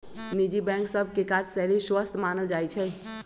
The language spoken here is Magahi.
निजी बैंक सभ के काजशैली स्वस्थ मानल जाइ छइ